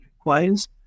requires